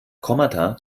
kommata